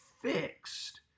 fixed